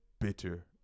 bitter